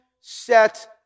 set